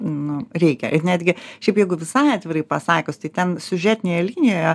nu reikia ir netgi šiaip jeigu visai atvirai pasakius tai ten siužetinėje linijoje